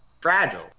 Fragile